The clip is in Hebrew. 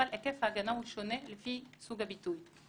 אבל היקף ההגנה הוא שונה לפי סוג הביטוי.